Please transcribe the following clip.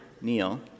Neil